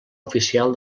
oficial